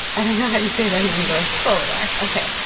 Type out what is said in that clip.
i don't know how you say that in english bolivar ok,